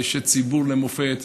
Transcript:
אשת ציבור למופת.